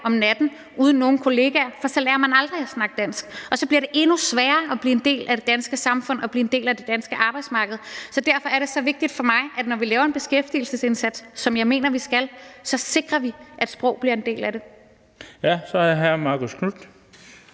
om natten uden nogen kollegaer, for så lærer man aldrig at snakke dansk, og så bliver det endnu sværere at blive en del af det danske samfund og blive en del af det danske arbejdsmarked, og derfor er det så vigtigt for mig, at når vi laver en beskæftigelsesindsats, som jeg mener vi skal, skal vi sikre, at sprog bliver en del af det. Kl. 12:49 Den fg.